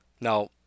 Now